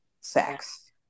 sex